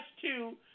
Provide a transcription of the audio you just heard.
two